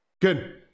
Good